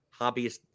hobbyist